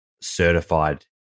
certified